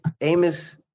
Amos